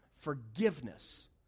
Forgiveness